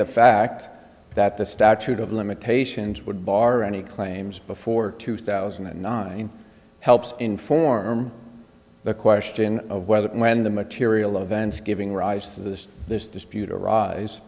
the fact that the statute of limitations would bar any claims before two thousand and nine helps inform the question of whether and when the material events giving rise to this this dispute over